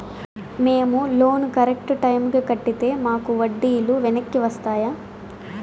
మేము loan correct టైముకి కట్టితే మాకు వడ్డీ లు వెనక్కి వస్తాయా?